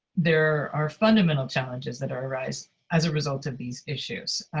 there are fundamental challenges that arise as a result of these issues.